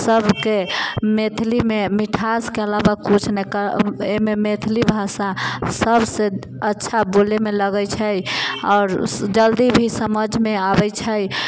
सबके मैथिलीमे मिठासके अलावा किछु नहि एहिमे मैथिली भाषा सबसँ अच्छा बोलैमे लगै छै आओर जल्दी भी समझमे आबै छै